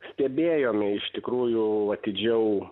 stebėjome iš tikrųjų atidžiau